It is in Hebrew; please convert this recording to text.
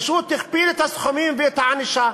הוא פשוט הכפיל את הסכומים ואת הענישה.